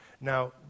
Now